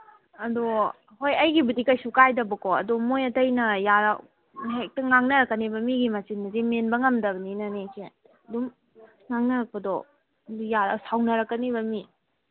ꯑꯗꯣ ꯍꯣꯏ ꯑꯩꯒꯤꯕꯨꯗꯤ ꯀꯩꯁꯨ ꯀꯥꯏꯗꯕꯀꯣ ꯑꯗꯣ ꯃꯣꯏ ꯑꯇꯩꯅ ꯍꯦꯛꯇ ꯉꯥꯡꯅꯔꯛꯀꯅꯦꯕ ꯃꯤꯒꯤ ꯃꯆꯤꯟꯁꯤꯗꯤ ꯃꯦꯟꯕ ꯉꯝꯗꯕꯅꯤꯅꯅꯦ ꯏꯆꯦ ꯑꯗꯨꯝ ꯉꯥꯡꯅꯔꯛꯄꯗꯣ ꯁꯥꯎꯅꯔꯛꯀꯅꯦꯕ ꯃꯤ